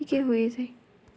ঠিকে হৈয়েই যায়